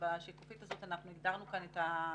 בשקופית הזאת אנחנו מציגים את הבעיה,